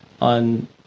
on